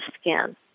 skin